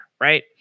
right